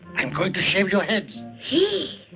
i'm going to shave your heads. yee!